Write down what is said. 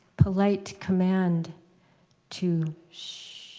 polite command to shhh.